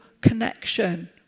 connection